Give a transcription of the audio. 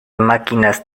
máquinas